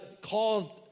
caused